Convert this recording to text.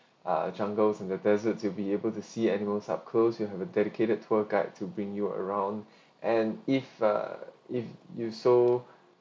ah jungles in the desert you'll be able to see animals are close you have a dedicated tour guide to bring you around and if uh if you saw